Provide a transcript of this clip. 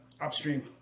upstream